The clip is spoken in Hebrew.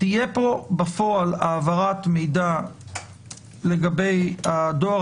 תהיה פה בפועל העברת מידע לגבי הדואר